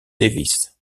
davis